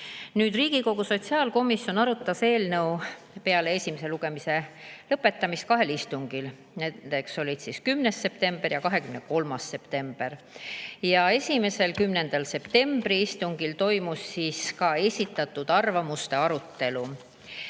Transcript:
Riigikogu sotsiaalkomisjon arutas eelnõu peale esimese lugemise lõpetamist kahel istungil: 10. septembril ja 23. septembril. Esimesel, 10. septembri istungil toimus ka esitatud arvamuste arutelu.